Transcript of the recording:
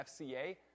FCA